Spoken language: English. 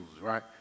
right